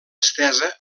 estesa